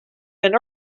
and